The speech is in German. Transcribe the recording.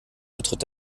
betritt